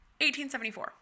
1874